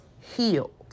healed